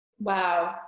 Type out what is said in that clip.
Wow